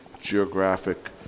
geographic